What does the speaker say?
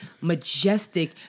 majestic